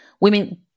women